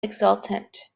exultant